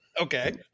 Okay